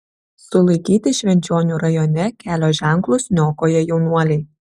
sulaikyti švenčionių rajone kelio ženklus niokoję jaunuoliai